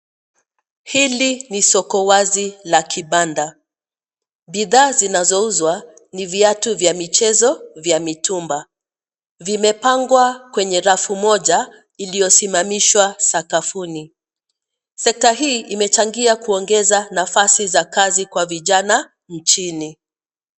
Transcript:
Hili ni soko wazi la kibanda, bidhaa zinazouzwa ni viatu vya michezo vya mitumba. Vimepangwa kwenye rafu moja iliyosimamishwa sakafuni. Sekta hii imechangia kuongeza nafasi za kazi kwa vijana nchini.